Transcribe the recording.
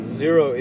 zero